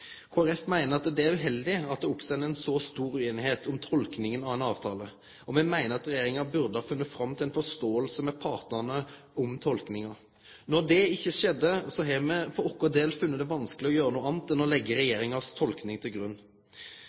Folkeparti meiner det er uheldig at det oppstår så stor ueinigheit om tolkinga av ein avtale, og me meiner at regjeringa burde ha funne fram til ei forståing med partane om tolkinga. Når det ikkje skjedde, har me for vår del funne det vanskeleg å gjere noko anna enn å leggje regjeringas tolking til grunn.